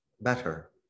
better